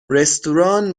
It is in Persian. رستوران